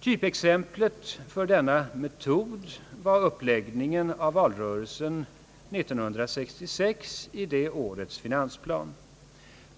Typexemplet för denna metod var uppläggningen av valrörelsen 1966. I det årets finansplan